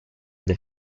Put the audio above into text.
del